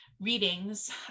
readings